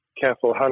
careful